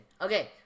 okay